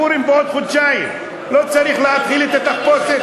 פורים בעוד חודשיים, לא צריך להתחיל את התחפושת,